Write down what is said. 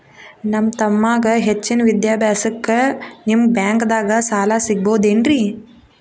ನನ್ನ ತಮ್ಮಗ ಹೆಚ್ಚಿನ ವಿದ್ಯಾಭ್ಯಾಸಕ್ಕ ನಿಮ್ಮ ಬ್ಯಾಂಕ್ ದಾಗ ಸಾಲ ಸಿಗಬಹುದೇನ್ರಿ?